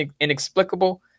inexplicable